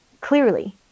clearly